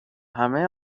همه